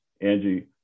Angie